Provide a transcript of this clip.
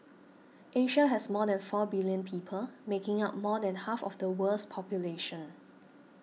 Asia has more than four billion people making up more than half of the world's population